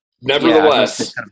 nevertheless